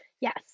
Yes